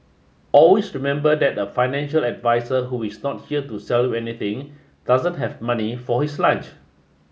always remember that a financial advisor who is not here to sell you anything doesn't have money for his lunch